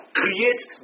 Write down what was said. creates